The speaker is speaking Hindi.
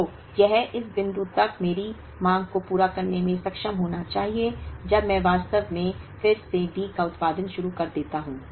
तो यह इस बिंदु तक मेरी मांग को पूरा करने में सक्षम होना चाहिए जब मैं वास्तव में फिर से D का उत्पादन शुरू कर देता हूं